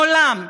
מעולם.